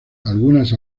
algunas